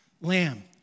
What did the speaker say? lamb